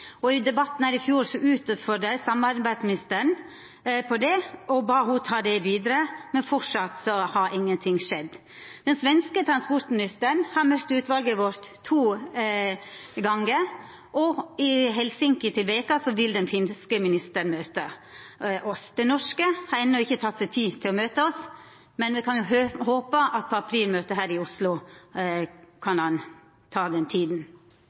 og bad ho ta det vidare, men framleis har ingenting skjedd. Den svenske transportministeren har møtt utvalet vårt to gonger, og i Helsinki til veka vil den finske ministeren møta oss. Den norske har enno ikkje teke seg tid til å møta oss, men me kan håpa at på aprilmøtet her i Oslo kan han ta seg den tida.